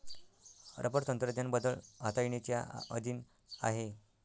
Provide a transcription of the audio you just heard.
rubber तंत्रज्ञान बदल हाताळणीच्या अधीन आहे